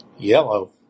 Yellow